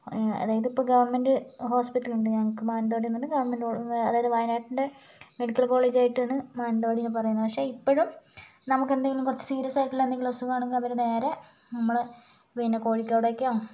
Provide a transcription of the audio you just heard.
അതായത് ഇപ്പോൾ ഗവൺമെൻറ്റ് ഹോസ്പിറ്റലുണ്ട് ഞങ്ങൾക്ക് മാനന്തവാടിയിൽ നല്ല ഗവൺമെൻറ്റ് അതായത് വയനാടിൻറ്റെ മെഡിക്കൽ കോളേജായിട്ടാണ് മാനന്തവാടിനെ പറയുന്നത് പക്ഷെ ഇപ്പഴും നമുക്കെന്തെങ്കിലും കുറച്ചു സീരിയസായിട്ടുള്ള എന്തെങ്കിലും അസുഖമാണെങ്കില് അവര് നേരെ നമ്മളെ പിന്നെ കോഴിക്കോടേക്കോ